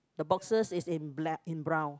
the boxes is in black in brown